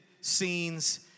scenes